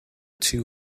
two